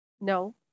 No